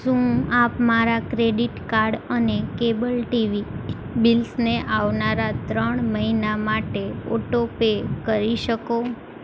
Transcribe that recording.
શું આપ મારા ક્રેડીટ કાર્ડ અને કેબલ ટીવી બિલ્સને આવનારા ત્રણ મહિના માટે ઓટો પે કરી શકો